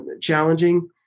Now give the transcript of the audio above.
challenging